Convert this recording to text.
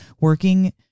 Working